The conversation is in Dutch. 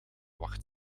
wacht